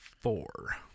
four